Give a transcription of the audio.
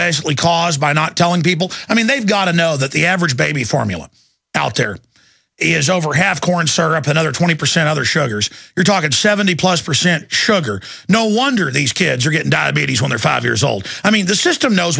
basically caused by not telling people i mean they've got to know that the average baby formula out there is over have corn syrup another twenty percent other sugars you're talking seventy plus percent sugar no wonder these kids are getting diabetes when they're five years old i mean the system knows